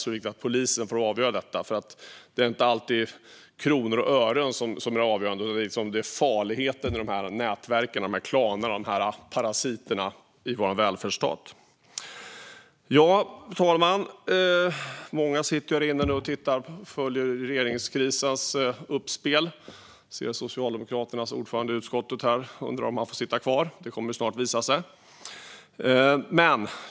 Det är viktigt att polisen får avgöra detta, för det är inte alltid kronor och ören som är det avgörande. Det är i stället farligheten i de här nätverken - de här klanerna och parasiterna - för vår välfärdsstat. Fru talman! Många sitter nu här inne och ser regeringskrisen spelas upp. Man ser Socialdemokraternas ordförande i utskottet undra om han får sitta kvar. Det kommer snart att visa sig.